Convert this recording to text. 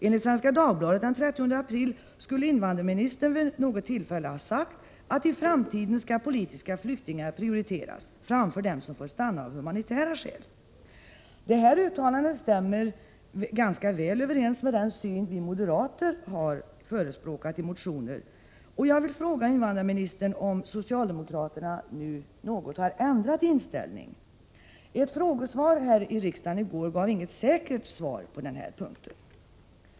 Enligt Svenska Dagbladet den 30 april skulle invandrarministern vid något tillfälle ha sagt att ”i framtiden skall politiska flyktingar prioriteras” framför dem som får stanna av humanitära skäl. Detta uttalande stämmer ganska väl överens med den syn vi moderater har förespråkat i motioner, och jag vill fråga invandrarministern om socialdemokraterna nu något har ändrat inställning. Ett frågesvar här i riksdagen i går gav inget säkert svar på denna punkt.